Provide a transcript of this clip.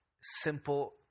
simple